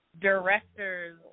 directors